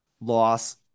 loss